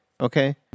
Okay